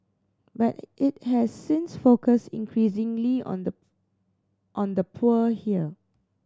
but it has since focus increasingly on the on the poor here